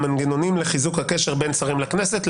המנגנונים לחיזוק הקשר בין שרים לכנסת.